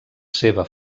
seva